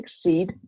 succeed